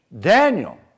Daniel